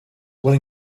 will